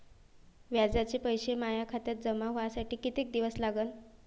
व्याजाचे पैसे माया खात्यात जमा व्हासाठी कितीक दिवस लागन?